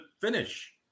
finish